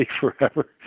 forever